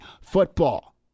football